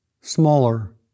smaller